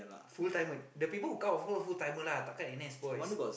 full timer the people who come of course full-timers lah tak kan N_S boys